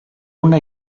una